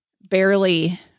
barely